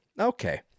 Okay